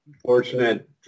fortunate